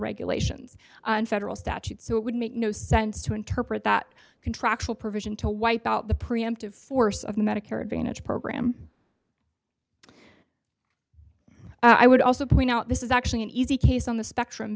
regulations on federal statutes so it would make no sense to interpret that contractual provision to wipe out the preemptive force of medicare advantage program i would also point out this is actually an easy case on the spectrum